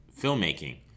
filmmaking